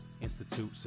Institute